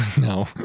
No